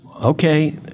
Okay